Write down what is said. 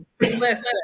listen